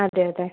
അതെ അതെ